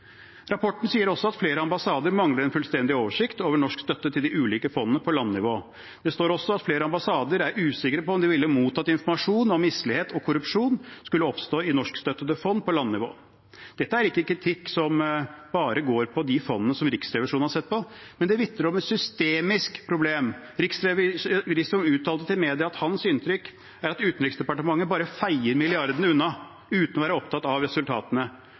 Rapporten sier også at flere ambassader mangler en fullstendig oversikt over norsk støtte til de ulike fondene på landnivå. Det står også at flere ambassader er usikre på om de ville mottatt informasjon dersom mislighet og korrupsjon skulle oppstå i norskstøttede fond på landnivå. Dette er ikke kritikk som bare angår fondene som Riksrevisjonen har sett på, men det vitner om et systemisk problem. Riksrevisor uttalte til mediene at hans inntrykk er at Utenriksdepartementet bare feier milliardene unna uten å være opptatt av resultatene.